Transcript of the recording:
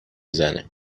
زنه